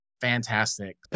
fantastic